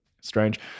strange